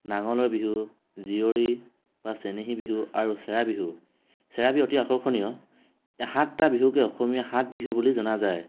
নাঙলৰ বিহু জীয়ৰী বা চেনেহী বিহু আৰু চেৰা বিহু চেৰা বিহু অতি আকৰ্ষণীয় এই সাতটা বিহুকে অসমীয়াৰ সাত বিহু বুলি জনা যায়